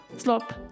slop